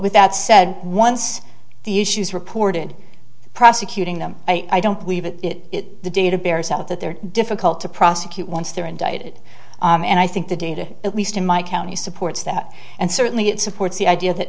without said once the issues reported prosecuting them i don't believe in it the data bears out that they're difficult to prosecute once they're indicted and i think the data at least in my county supports that and certainly it supports the idea that